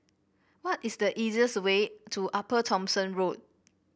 what is the easiest way to Upper Thomson Road